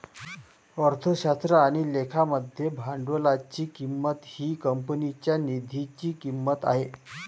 अर्थशास्त्र आणि लेखा मध्ये भांडवलाची किंमत ही कंपनीच्या निधीची किंमत आहे